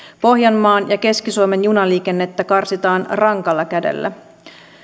pohjanmaan ja keski suomen junaliikennettä karsitaan rankalla kädellä